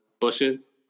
bushes